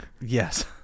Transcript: Yes